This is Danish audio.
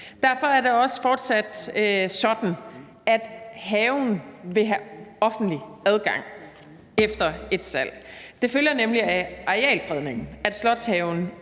Derfor er det også fortsat sådan, at haven vil have offentlig adgang efter et salg. Det følger nemlig af arealfredningen, at slotshaven